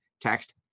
Text